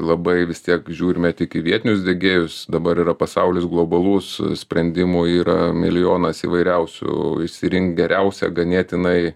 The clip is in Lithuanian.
labai vis tiek žiūrime tik į vietinius diegėjus dabar yra pasaulis globalus sprendimų yra milijonas įvairiausių išsirinkt geriausią ganėtinai